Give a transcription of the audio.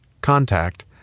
contact